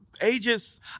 ages